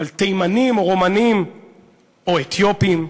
על תימנים או רומנים או אתיופים.